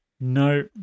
No